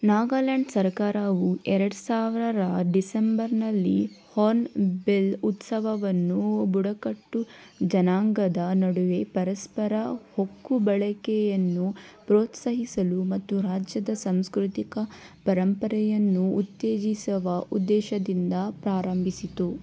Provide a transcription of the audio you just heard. ನಾಗಾಲ್ಯಾಂಡ್ ಸರಕಾರವು ಎರಡು ಸಾವಿರ ಡಿಸೆಂಬರ್ನಲ್ಲಿ ಹಾರ್ನ್ಬಿಲ್ ಉತ್ಸವವನ್ನು ಬುಡಕಟ್ಟು ಜನಾಂಗದ ನಡುವೆ ಪರಸ್ಪರ ಹೊಕ್ಕು ಬಳಕೆಯನ್ನು ಪ್ರೋತ್ಸಾಹಿಸಲು ಮತ್ತು ರಾಜ್ಯದ ಸಾಂಸ್ಕೃತಿಕ ಪರಂಪರೆಯನ್ನು ಉತ್ತೇಜಿಸುವ ಉದ್ದೇಶದಿಂದ ಪ್ರಾರಂಭಿಸಿತು